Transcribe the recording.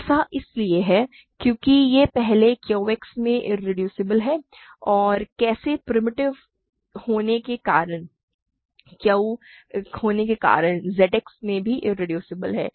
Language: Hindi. ऐसा इसलिए है क्योंकि यह पहले Q X में इरेड्यूसिबल है और कैसे प्रिमिटिव होने के कारण यह Z X में भी इरेड्यूसेबल है